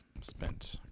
spent